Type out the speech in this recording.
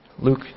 Luke